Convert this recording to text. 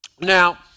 Now